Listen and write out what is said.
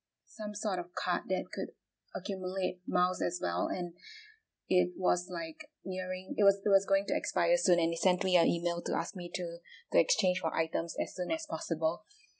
some sort of card that could accumulate miles as well and it was like nearing it was it was going to expire soon and it send me a email to ask me to to exchange for items as soon as possible